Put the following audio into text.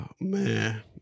man